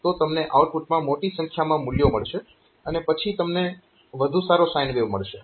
તો તમને આઉટપુટમાં મોટી સંખ્યામાં મૂલ્યો મળશે અને પછી તમને વધુ સારો સાઈન વેવ મળશે